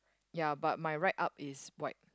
ya but my right up is white